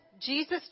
Jesus